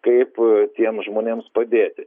kaip tiems žmonėms padėti